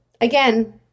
again